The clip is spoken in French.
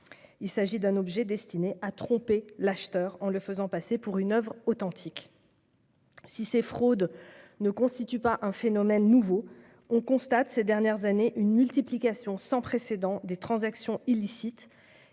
réellement. Le but est de tromper l'acheteur en faisant passer cet objet pour une oeuvre authentique. Si ces fraudes ne constituent pas un phénomène nouveau, on constate ces dernières années une multiplication sans précédent des transactions illicites